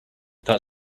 that